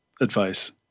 advice